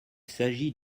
s’agit